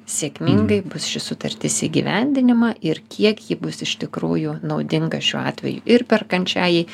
sėkmingai bus ši sutartis įgyvendinama ir kiek ji bus iš tikrųjų naudinga šiuo atveju ir perkančiajai